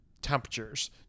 temperatures